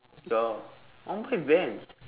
ya I want to buy Vans